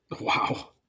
wow